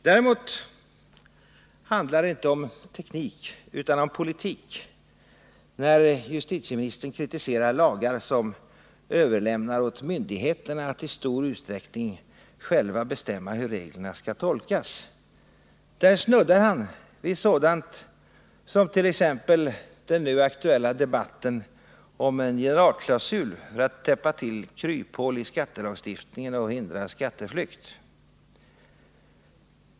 Däremot handlar det inte om teknik utan om politik när justitieministern kritiserar lagar som överlämnar åt myndigheterna att i stor utsträckning själva bestämma hur reglerna skall tolkas. Där snuddar han vid sådant som den nu aktuella debatten om en generalklausul för att täppa till kryphål i skattelagstiftningen och hindra skatteflykt.